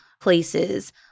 places